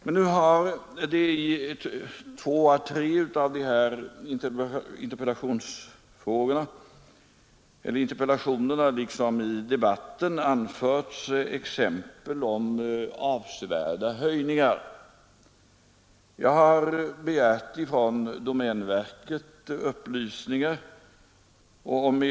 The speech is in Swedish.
Men nu har det i ett par av interpellationerna liksom i debatten anförts exempel på avsevärda höjningar av arrenden på statlig mark. Jag har begärt upplysningar från domänverket.